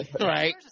Right